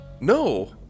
No